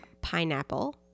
pineapple